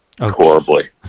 horribly